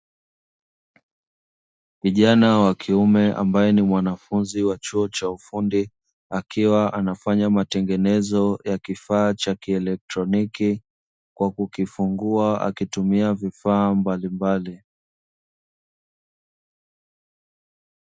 Kijana wa kiume ambaye ni mwanafunzi wa chuo cha ufundi, akiwa anafanya matengenezo ya kifaa cha kieletroniki, kwa kukifungua akitumia vifaa mbalimbali.